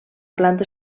planta